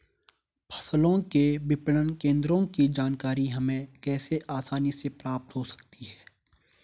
फसलों के विपणन केंद्रों की जानकारी हमें कैसे आसानी से प्राप्त हो सकती?